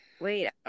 Wait